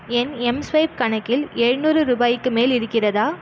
என் Mswipe கணக்கில் எழுநூறு ரூபாய்க்கு மேல் இருக்கிறதா